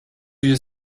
you